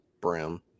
brim